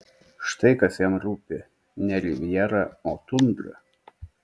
štai kas jam rūpi ne rivjera o tundra